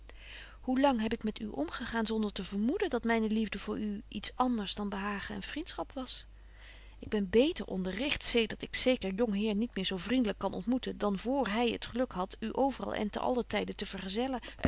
hoe lang heb ik met u omgegaan zonder te vermoeden dat myne liefde voor u iets anders dan behagen en vriendschap was ik ben beter onderricht zedert ik zeker jong heer niet meer zo vriendlyk kan ontmoeten dan voor hy t geluk hadt u overal en ten allen tyde te vergezellen